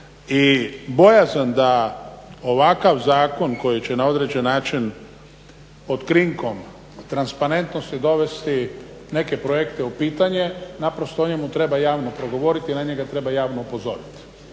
I bojazan da ovakav zakon koji će na određen način pod krinom transparentnosti dovesti neke projekte u pitanje naprosto o njemu treba javno progovoriti, na njega treba javno upozoriti.